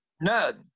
None